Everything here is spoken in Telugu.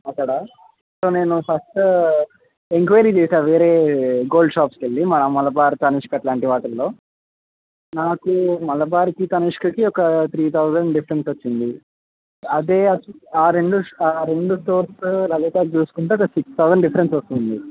అక్కడ సో నేను ఫస్ట్ ఎంక్వైరీ చేశా వేరే గోల్డ్ షాప్స్కు వెళ్ళి మన మలబార్ తనిష్క్ అలాంటి వాటిల్లో నాకు మలబార్కి తనిష్క్కి ఒక త్రీ థౌసండ్ డిఫిరెన్స్ వచ్చింది అదే ఆ రెండు ఆ రెండు చూస్తే లలిత చూసుకుంటే సిక్స్ థౌసండ్ డిఫిరెన్స్ వస్తుంది